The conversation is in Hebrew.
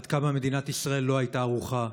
עד כמה מדינת ישראל לא הייתה ערוכה.